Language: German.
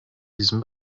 diesem